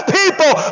people